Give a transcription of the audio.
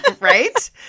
Right